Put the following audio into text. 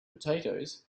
potatoes